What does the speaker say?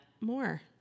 more